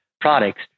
products